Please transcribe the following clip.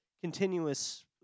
continuous